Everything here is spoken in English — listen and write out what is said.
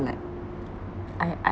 like I I